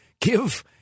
give